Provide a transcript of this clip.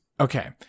Okay